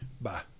Bye